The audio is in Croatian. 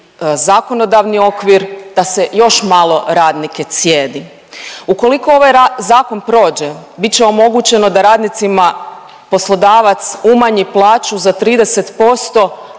zakonodavni okvir da se još malo radnike cijedi. Ukoliko ovaj zakon prođe bit će omogućeno da radnicima poslodavac umanji plaću za 30%,